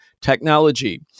technology